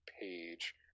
page